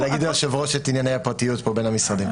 --- ליושב-ראש את ענייני הפרטיות פה בין המשרדים.